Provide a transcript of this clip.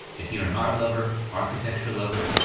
if you're an art lover, architecture lover,